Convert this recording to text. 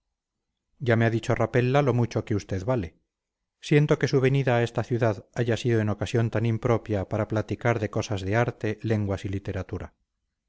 ya me ha dicho rapella lo mucho que usted vale siento que su venida a esta ciudad haya sido en ocasión tan impropia para platicar de cosas de arte lenguas y literatura